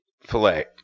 filet